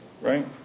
Right